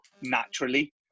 naturally